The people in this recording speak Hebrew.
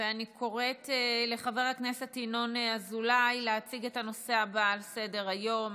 אני קוראת לחבר הכנסת ינון אזולאי להציג את הנושא הבא על סדר-היום,